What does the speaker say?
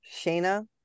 Shana